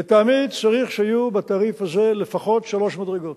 לטעמי, צריך שיהיו בתעריף הזה לפחות שלוש מדרגות.